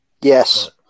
Yes